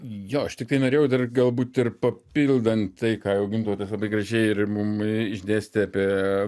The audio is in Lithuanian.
jo aš tiktai norėjau dar galbūt ir papildan tai ką jau gintautas labai gražiai ir mum išdėstė apie